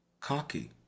cocky